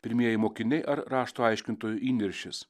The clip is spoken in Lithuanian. pirmieji mokiniai ar rašto aiškintojų įniršis